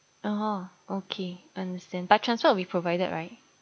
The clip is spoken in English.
oh okay understand but transport will be provided right